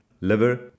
liver